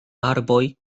arboj